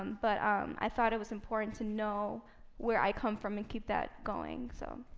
but um i thought it was important to know where i come from, and keep that going, so.